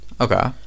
okay